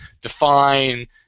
define